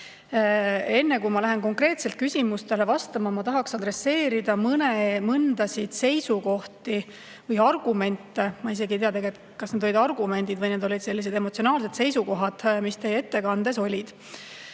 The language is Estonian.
kui ma hakkan konkreetselt küsimustele vastama, tahaksin adresseerida mõnesid seisukohti ja argumente. Ma isegi ei tea, kas need olid argumendid või need olid sellised emotsionaalsed seisukohad, mis teie ettekandes kõlasid.